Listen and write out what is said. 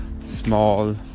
small